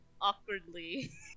awkwardly